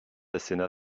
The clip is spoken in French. asséna